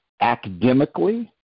academically